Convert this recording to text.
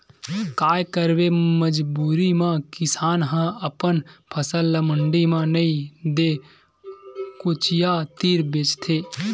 काये करबे मजबूरी म किसान ह अपन फसल ल मंडी म नइ ते कोचिया तीर बेचथे